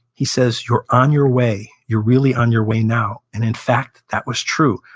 he says, you're on your way. you're really on your way now. and in fact, that was true.